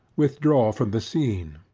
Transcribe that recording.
withdraw from the scene,